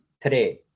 today